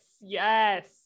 Yes